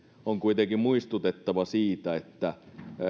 on kuitenkin muistutettava siitä että